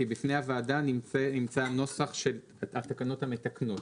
כי בפני הוועדה נמצא הנוסח התקנות המתקנות.